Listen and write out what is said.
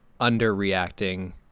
underreacting